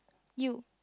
you